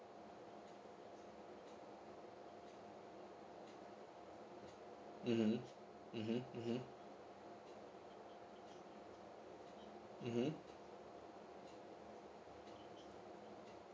mmhmm mmhmm mmhmm mmhmm